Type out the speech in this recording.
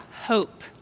hope